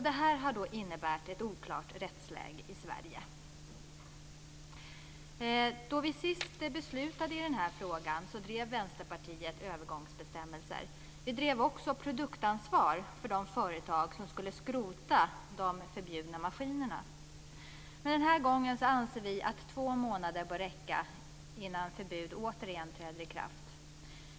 Detta har då inneburit ett oklart rättsläge i Sverige. Sist vi beslutade i frågan drev Vänsterpartiet att det skulle införas övergångsbestämmelser. Vi drev också frågan om produktansvar för de företag som skulle skrota de förbjudna maskinerna. Men den här gången anser vi att två månader bör räcka innan förbudet återigen träder i kraft.